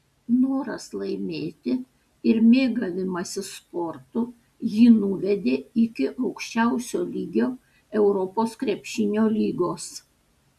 noras laimėti ir mėgavimasis sportu jį nuvedė iki aukščiausio lygio europos krepšinio lygos